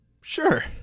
Sure